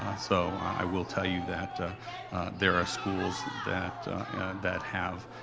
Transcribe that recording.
ah so i will tell you that there are schools that that have,